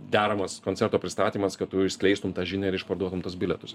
deramas koncerto pristatymas kad tu išskleistum tą žinią ir išparduotum tuos bilietus